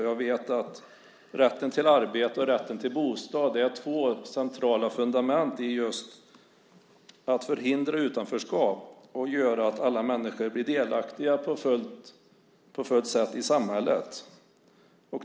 Jag vet att rätten till arbete och rätten till bostad är två centrala fundament just för att förhindra utanförskap och göra att alla människor blir fullt delaktiga i samhället.